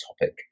topic